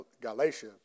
Galatia